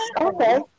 Okay